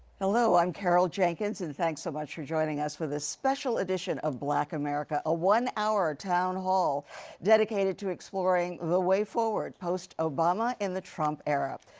i'm carol jenkins. and thanks so much for joining us for this special edition of black america. a one hour town hall dedicated to exploring the way forward, post obama and the trump era.